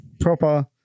Proper